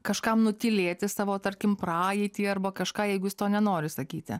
kažkam nutylėti savo tarkim praeitį arba kažką jeigu jis to nenori sakyti